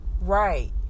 Right